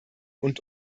und